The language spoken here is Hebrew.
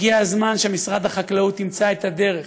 הגיע הזמן שמשרד החקלאות ימצא את הדרך